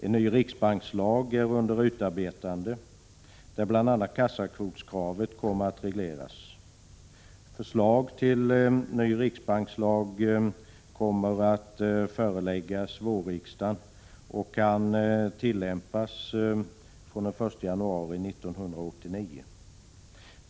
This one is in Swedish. En ny riksbankslag är under utarbetan 31 de, där bl.a. kassakvotskravet kommer att regleras. Förslag till ny riksbankslag kommer att föreläggas vårriksdagen och kan tillämpas fr.o.m. den 1 januari 1989.